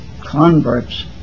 converts